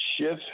shift